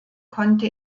konnte